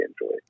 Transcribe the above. enjoy